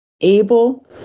able